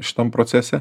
šitam procese